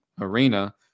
arena